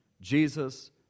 Jesus